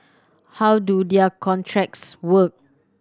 how do their contracts work